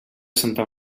santa